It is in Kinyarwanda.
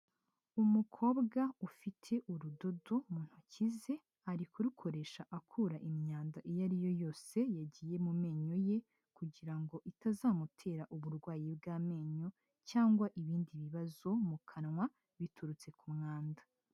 Umukobwa ufite urudodo mu ntoki ze, ari kurukoresha akura imyanda iyo ari yo yose yagiye mu menyo ye kugira ngo itazamutera uburwayi bw'amenyo cyangwa ibindi bibazo mu kanwa biturutse ku mwanda.